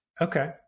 Okay